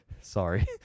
sorry